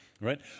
right